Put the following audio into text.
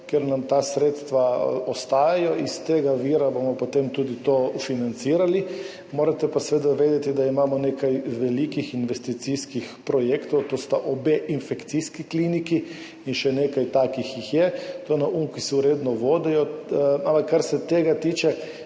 kjer nam ta sredstva ostajajo. Iz tega vira bomo potem tudi to financirali. Morate pa seveda vedeti, da imamo nekaj velikih investicijskih projektov. To sta obe infekcijski kliniki in še nekaj takih je. To na UNKIZ redno vodijo. Ampak kar se tega tiče,